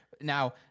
Now